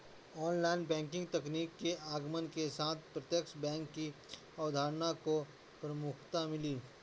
online banking तकनीक के आगमन के साथ प्रत्यक्ष बैंक की अवधारणा को प्रमुखता मिली